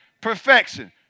perfection